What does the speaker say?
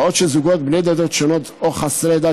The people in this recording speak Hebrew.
בעוד זוגות בני דתות שונות או חסרי דת